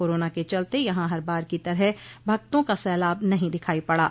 corona के चलते यहां हर बार की तरह भक्तों का सैलाब नहीं दिखाई पड़ा